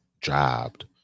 jabbed